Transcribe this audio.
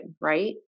right